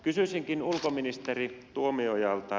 kysyisinkin ulkoministeri tuomiojalta